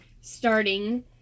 Starting